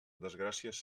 desgràcies